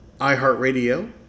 iHeartRadio